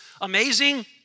amazing